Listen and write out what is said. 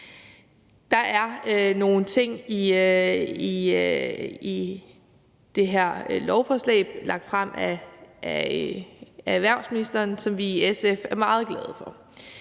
Der er nogle ting i det her lovforslag, der er lagt frem af erhvervsministeren, som vi i SF er meget glade for.